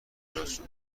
راسو